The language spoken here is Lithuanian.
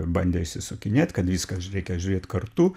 bandė išsisukinėt kad viską reikia žiūrėt kartu